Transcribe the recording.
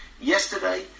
yesterday